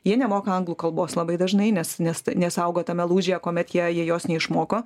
jie nemoka anglų kalbos labai dažnai nes nes nes augo tame lūžyje kuomet jie jie jos neišmoko